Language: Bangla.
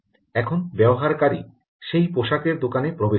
এখন ব্যবহারকারী সেই পোশাকের দোকানে প্রবেশ করবে